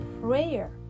prayer